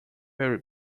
very